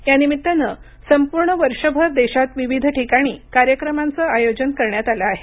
या निमित्तानं संपूर्ण वर्षभर देशात विविध ठिकाणी कार्यक्रमांचं आयोजन करण्यात आलं आहे